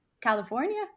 California